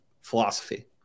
philosophy